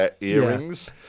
earrings